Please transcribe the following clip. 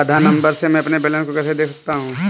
आधार number से मैं अपना बैलेंस कैसे देख सकता हूँ?